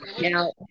Now